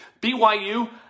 BYU